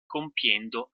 compiendo